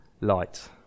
light